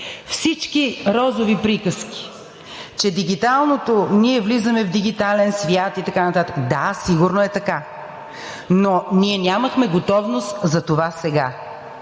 Всички розови приказки, че дигиталното – ние влизаме в дигитален свят и така нататък – да, сигурно е така, но ние нямахме готовност за това сега